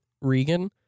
Regan